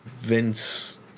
Vince